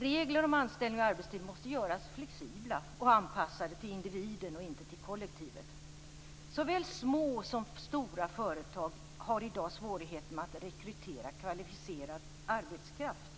Regler om anställning och arbetstid måste göras flexibla och anpassade till individen och inte till kollektivet. Såväl små som stora företag har i dag svårigheter med att rekrytera kvalificerad arbetskraft.